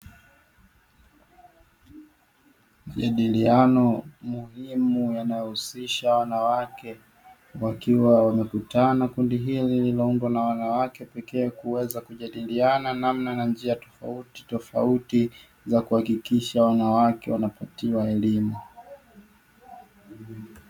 Jadiliano muhimu yanayohusisha wanawake wakiwa wamekutana kundi hili lililoundwa na wanawake pekee, kuweza kujadiliana namna na njia tofauti tofauti za kuhakikisha wanawake wanapatiwa elimu.